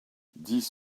dix